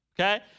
okay